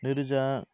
नैरोजा